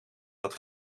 dat